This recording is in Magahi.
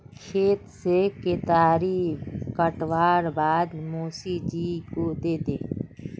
खेत से केतारी काटवार बाद मोसी जी को दे दे